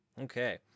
Okay